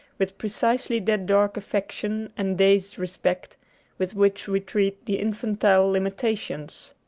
with precisely that dark affection and dazed respect with which we treat the infantile limitations.